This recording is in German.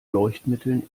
leuchtmitteln